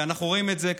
ואנחנו רואים את זה,